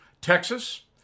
Texas